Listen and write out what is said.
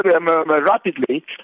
rapidly